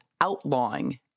outlawing